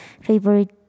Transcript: favorite